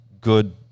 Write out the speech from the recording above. good